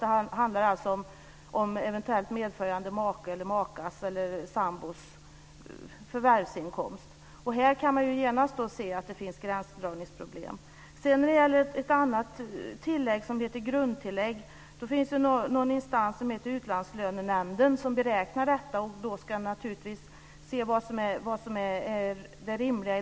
Det handlar alltså om eventuellt medföljande makes, makas eller sambos förvärvsinkomst. Här kan man genast se att det finns gränsdragningsproblem. När det gäller ett annat tillägg som heter grundtillägg finns det en instans som heter Utlandslönenämnden som beräknar detta och då naturligtvis ska se vad som är det rimliga.